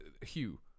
Hugh